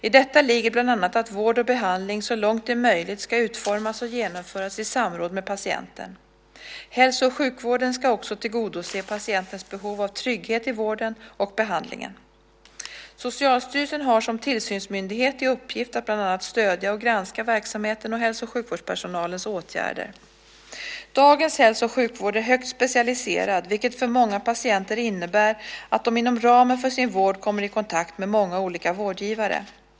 I detta ligger bland annat att vård och behandling så långt det är möjligt ska utformas och genomföras i samråd med patienten. Hälso och sjukvården ska också tillgodose patientens behov av trygghet i vården och behandlingen. Socialstyrelsen har som tillsynsmyndighet till uppgift att bland annat stödja och granska verksamheten och hälso och sjukvårdspersonalens åtgärder. Dagens hälso och sjukvård är högt specialiserad, vilket för många patienter innebär att de inom ramen för sin vård kommer i kontakt med många olika vårdgivare.